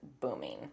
booming